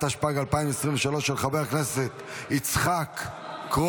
התשפ"ג 2023, לא אושרה ותוסר